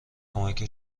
کمک